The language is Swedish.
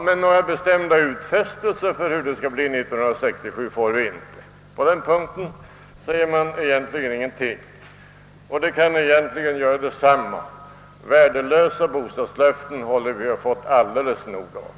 Men några bestämda utfästelser hur det skall bli 1967 får vi inte — på den punkten sägs ingenting. Och det kan egentligen göra detsamma — värdelösa bostadslöften har vi fått alldeles nog av.